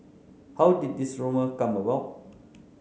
how did this rumour come about